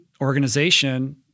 organization